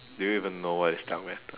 do you even know what is dark matter